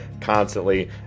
constantly